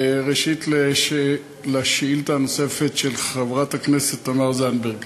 ראשית, לשאילתה הנוספת של חברת הכנסת תמר זנדברג.